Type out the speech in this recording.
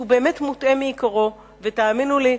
שהוא באמת מוטעה מעיקרו, ותאמינו לי,